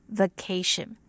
vacation